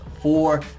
four